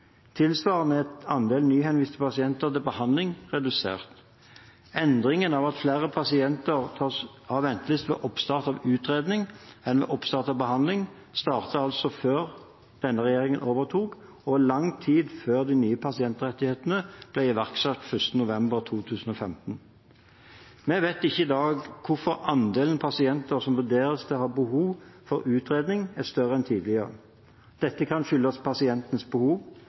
Tilsvarende er andelen nyhenviste pasienter til behandling redusert. Endringen i form av at flere pasienter tas ut av venteliste ved oppstart av utredning enn ved oppstart av behandling startet altså før denne regjeringen overtok, og lang tid før de nye pasientrettighetene ble iverksatt 1. november 2015. Vi vet ikke i dag hvorfor andelen pasienter som vurderes til å ha behov for utredning, er større enn tidligere. Dette kan skyldes pasientenes behov,